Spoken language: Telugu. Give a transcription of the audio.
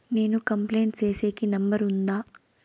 నేను కంప్లైంట్ సేసేకి నెంబర్ ఉందా?